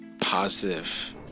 positive